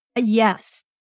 Yes